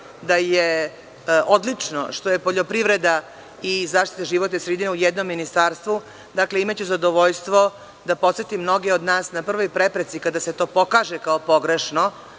da je odlično što su poljoprivreda i zaštita životne sredine u jednom ministarstvu, imaću zadovoljstvo da podsetim mnoge od nas na prvoj prepreci, kada se to pokaže kao pogrešno,